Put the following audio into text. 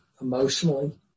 emotionally